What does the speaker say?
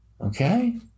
Okay